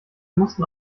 mussten